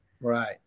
right